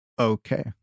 okay